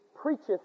preacheth